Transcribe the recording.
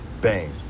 Bang